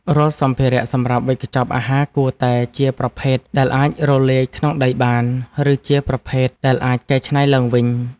រាល់សម្ភារៈសម្រាប់វេចខ្ចប់អាហារគួរតែជាប្រភេទដែលអាចរលាយក្នុងដីបាន ឬជាប្រភេទដែលអាចកែច្នៃឡើងវិញ។